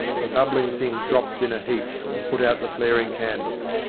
the bubbling thing dropped in a heap, and put out the flaring candle.